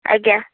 ଆଜ୍ଞା